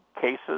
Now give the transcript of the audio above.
cases